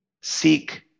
Seek